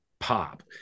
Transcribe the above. pop